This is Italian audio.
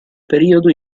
periodo